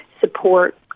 support